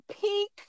peak